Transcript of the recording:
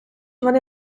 вони